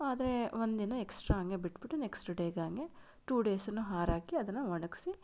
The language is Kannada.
ಆದರೆ ಒಂದು ದಿನ ಎಕ್ಸ್ಟ್ರಾ ಹಾಗೇ ಬಿಟ್ಬಿಟ್ಟು ನೆಕ್ಸ್ಟ್ ಡೇಗೆ ಹಾಗೆ ಟು ಡೇಸೂ ಆರಾಕಿ ಅದನ್ನು ಒಣಗಿಸಿ